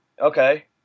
Okay